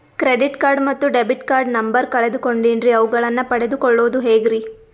Credit card ಮತ್ತು debit card number ಕಳೆದುಕೊಂಡಿನ್ರಿ ಅವುಗಳನ್ನ ಪಡೆದು ಕೊಳ್ಳೋದು ಹೇಗ್ರಿ?